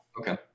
okay